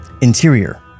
Interior